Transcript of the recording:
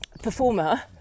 performer